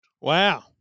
Wow